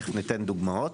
תכף ניתן דוגמאות.